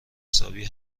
حسابی